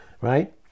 right